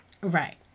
Right